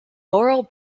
laurel